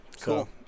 Cool